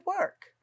work